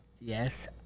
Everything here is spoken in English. yes